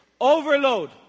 overload